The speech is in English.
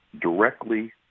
directly